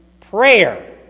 Prayer